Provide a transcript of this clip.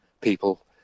people